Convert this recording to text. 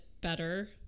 better